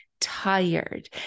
tired